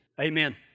Amen